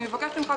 אני מבקשת ממך,